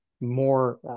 more